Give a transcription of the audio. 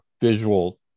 visual